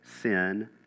sin